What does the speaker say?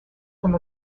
from